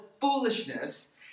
foolishness